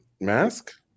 Mask